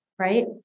right